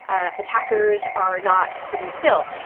ah attackers are not sitting still.